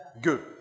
Good